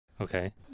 Okay